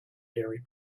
dairy